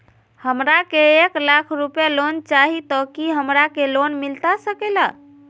हमरा के एक लाख रुपए लोन चाही तो की हमरा के लोन मिलता सकेला?